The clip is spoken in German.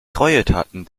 greueltaten